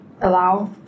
allow